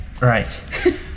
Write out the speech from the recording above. Right